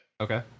Okay